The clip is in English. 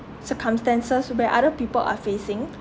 circumstances where other people are facing